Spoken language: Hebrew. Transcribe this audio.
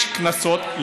יש קנסות,